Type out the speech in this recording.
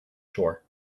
shore